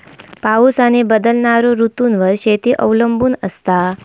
पाऊस आणि बदलणारो ऋतूंवर शेती अवलंबून असता